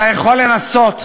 אתה יכול לנסות,